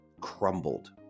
crumbled